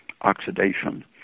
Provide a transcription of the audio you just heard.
oxidation